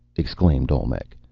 exclaimed olmec.